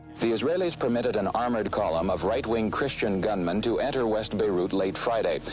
the israelis permitted an armored column of right-wing christian gunmen to enter west beirut late friday.